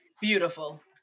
beautiful